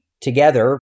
together